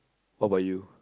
what about you